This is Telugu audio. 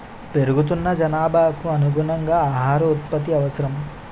పెరుగుతున్న జనాభాకు అనుగుణంగా ఆహార ఉత్పత్తి అవసరం